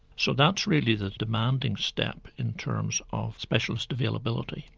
so that's really the demanding step in terms of specialist availability.